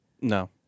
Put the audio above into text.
No